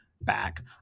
back